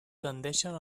tendeixen